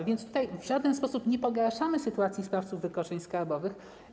A więc w żaden sposób nie pogarszamy sytuacji sprawców wykroczeń skarbowych.